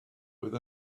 with